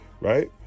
Right